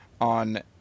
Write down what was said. on